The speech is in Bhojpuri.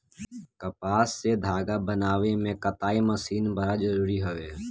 कपास से धागा बनावे में कताई मशीन बड़ा जरूरी हवे